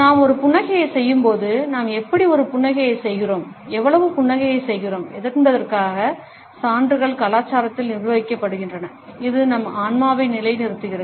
நாம் ஒரு புன்னகையைச் செய்யும்போது நாம் எப்படி ஒரு புன்னகையைச் செய்கிறோம் எவ்வளவு புன்னகையைச் செய்கிறோம் என்பதற்கான சான்றுகள் கலாச்சாரத்தால் நிர்வகிக்கப்படுகின்றன இது நம் ஆன்மாவை நிலைநிறுத்துகிறது